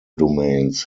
domains